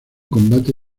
combate